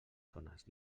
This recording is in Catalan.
zones